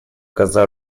коза